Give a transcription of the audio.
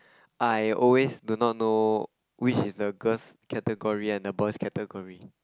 I always do not know which is the girl's category and the boy's category